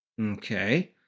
Okay